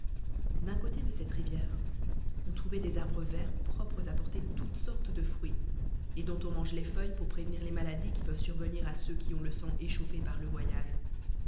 c té de cette rivière on ireweit des erbres verts pi'opres à porter tou eortes de fruits et dont ou mange les feuilles pour prévenir les maladies qui peuvent surveai à ceux qui out le sang échauffé par le voyage